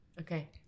Okay